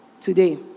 today